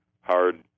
hard